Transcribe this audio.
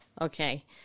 Okay